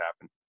happen